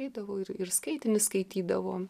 eidavo ir ir skaitinius skaitydavo